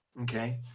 Okay